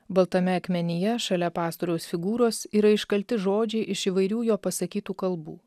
baltame akmenyje šalia pastoriaus figūros yra iškalti žodžiai iš įvairių jo pasakytų kalbų